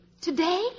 Today